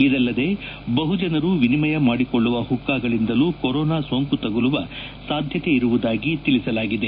ಇದಲ್ಲದೇ ಬಹು ಜನರು ವಿನಿಮಯ ಮಾಡಿಕೊಳ್ಳುವ ಹುಕ್ಕಾಗಳಿಂದಲೂ ಕೊರೋನಾ ಸೋಂಕು ತಗುಲುವ ಸಾಧ್ಯತೆಯಿರುವುದಾಗಿ ತಿಳಿಸಲಾಗಿದೆ